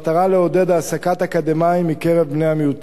לעודד העסקת אקדמאים מקרב בני-המיעוטים.